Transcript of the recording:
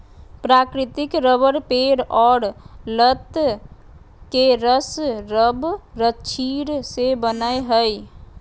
प्राकृतिक रबर पेड़ और लत के रस रबरक्षीर से बनय हइ